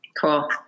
Cool